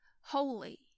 holy